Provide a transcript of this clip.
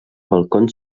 balcons